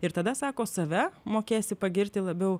ir tada sako save mokėsi pagirti labiau